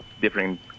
different